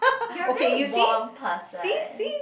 you're very warm person